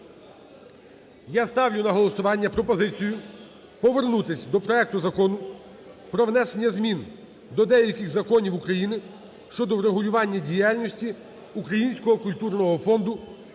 я ставлю на голосування пропозицію повернутись до проекту Закону "Про внесення змін до деяких законів України щодо врегулювання діяльності Українського культурного фонду"